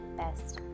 best